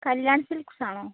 Kalyan silks ആണോ